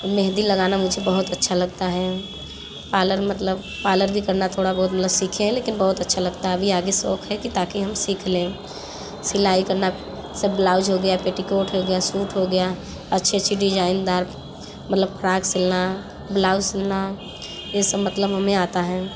मेंहदी लगाना मुझे बहुत अच्छा लगता है पालर मतलब पालर भी करना मतलब थोड़ा बहुत सीखे हैं लेकिन बहुत अच्छा लगता है अभी आगे शौक़ है कि ताकि हम सीख लें सिलाई करना सब ब्लाउज हो गया पेटीकोट हो गया सूट हो गया अच्छी अच्छी डिजाईनदार मतलब फ्राक सिलना ब्लाउज़ सिलना ये सब मतलब हमें आता है